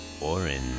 orange